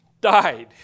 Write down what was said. died